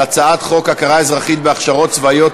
הצעת חוק הכרה אזרחית בהכשרות צבאיות,